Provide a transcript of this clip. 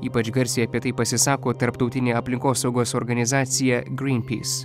ypač garsiai apie tai pasisako tarptautinė aplinkosaugos organizacija greenpeace